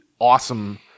awesome –